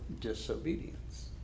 disobedience